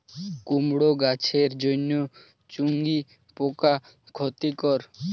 কুমড়ো গাছের জন্য চুঙ্গি পোকা ক্ষতিকর?